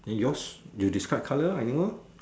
then yours you describe colour anymore